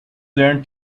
learn